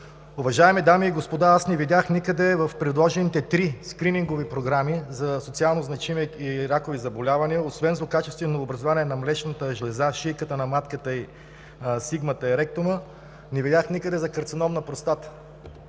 Уважаеми дами и господа, аз не видях никъде в предложените три скринингови програми за социално значими и ракови заболявания освен злокачествено образувание на млечната железа, шийката на матката и сигмата, и ректума, не видях никъде за карценом на простата.